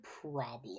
problem